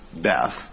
death